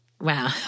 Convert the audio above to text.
Wow